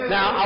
Now